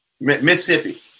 mississippi